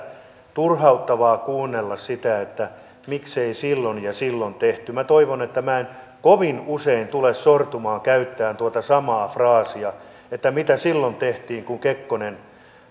turhauttavaa kuunnella sitä että miksei silloin ja silloin tehty minä toivon että minä en kovin usein tule sortumaan käyttämään tuota samaa fraasia että mitä silloin tehtiin kun kekkonen